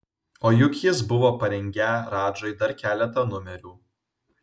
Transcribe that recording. o juk jis buvo parengę radžai dar keletą numerių